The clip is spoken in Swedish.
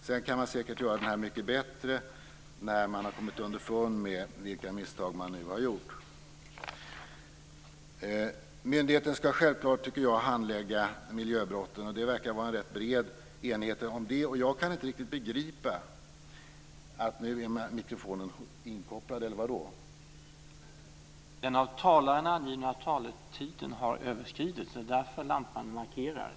Sedan kan man säkert göra det här mycket bättre när man har kommit underfund med vilka misstag man nu har gjort. Myndigheten skall självklart handlägga miljöbrotten. Det verkar vara en rätt bred enighet om det. Jag kan inte riktigt begripa... Är inte mikrofonen inkopplad, är det därför lampan lyser?